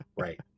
Right